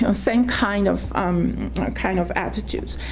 and same kind of kind of attitudes.